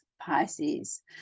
Pisces